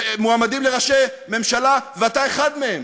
ומועמדים לראש ממשלה, ואתה אחד מהם.